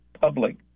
public